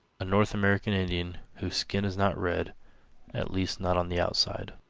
a north american indian, whose skin is not red at least not on the outside.